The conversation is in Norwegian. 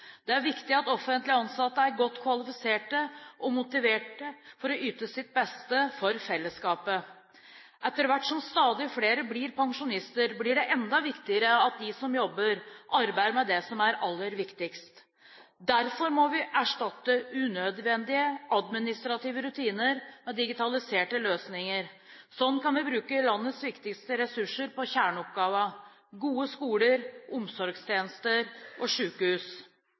Det er viktig at offentlig ansatte er godt kvalifiserte og motiverte til å yte sitt beste for fellesskapet. Etter hvert som stadig flere blir pensjonister, blir det enda viktigere at de som jobber, arbeider med det som er aller viktigst. Derfor må vi erstatte unødvendige administrative rutiner med digitaliserte løsninger. Sånn kan vi bruke landets viktigste ressurser på kjerneoppgavene: gode skoler, omsorgstjenester og